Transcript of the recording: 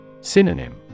Synonym